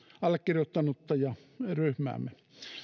allekirjoittanutta ja ryhmäämme